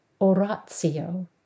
Oratio